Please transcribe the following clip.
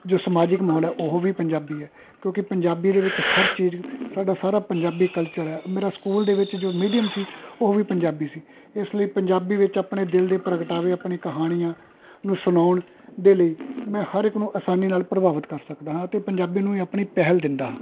ਜੋ ਸਮਾਜਿਕ ਮਾਹੌਲ ਹੈ ਉਹ ਵੀ ਪੰਜਾਬੀ ਹੈ ਕਿਉਂਕਿ ਪੰਜਾਬੀ ਦੇ ਵਿੱਚ ਹਰ ਚੀਜ਼ ਸਾਡਾ ਸਾਰਾ ਪੰਜਾਬੀ ਕਲਚਰ ਹੈ ਮੇਰਾ ਸਕੂਲ ਦੇ ਵਿੱਚ ਜੋ ਮੀਡੀਅਮ ਸੀ ਉਹ ਵੀ ਪੰਜਾਬੀ ਸੀ ਇਸ ਲਈ ਪੰਜਾਬੀ ਵਿੱਚ ਆਪਣੇ ਦਿਲ ਦੇ ਪ੍ਰਗਟਾਵੇ ਆਪਣੀ ਕਹਾਣੀਆਂ ਨੂੰ ਸੁਣਾਉਣ ਦੇ ਲਈ ਮੈਂ ਹਰ ਇੱਕ ਨੂੰ ਆਸਾਨੀ ਨਾਲ ਪ੍ਰਭਾਵਿਤ ਕਰ ਸਕਦਾ ਹਾਂ ਅਤੇ ਪੰਜਾਬੀ ਨੂੰ ਵੀ ਆਪਣੇ ਪਹਿਲ ਦਿੰਦਾ ਹਹਾਂ